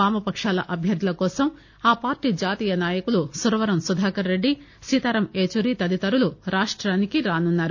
వామపకాల అభ్యర్థుల కోసం ఆ పార్టీ జాతీయ నాయకులు సురవరం సుధాకర్ రెడ్డి సీతారాం ఏచూరి తదితరులు రాష్టానికి రానున్నారు